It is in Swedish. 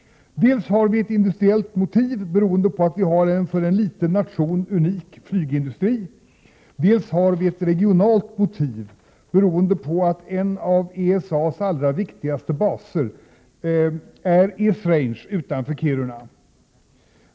Dels har vi ett industriellt motiv, beroende på att vi har en för en liten nation unik flygindustri, dels har vi ett regionalt motiv, beroende på att en av ESA:s allra viktigaste baser är Esrange utanför Kiruna.